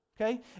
okay